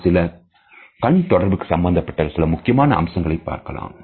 நாம்சில கண் தொடர்புக்கு சம்பந்தப்பட்ட சில முக்கியமான அம்சங்களை பார்க்கலாம்